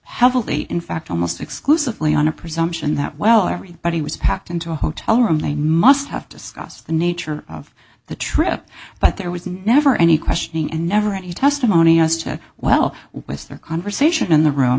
heavily in fact almost exclusively on a presumption that well everybody was packed into a hotel room they must have to stress the nature of the trip but there was never any questioning and never any testimony us to well with their conversation in the room